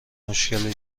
مشکلی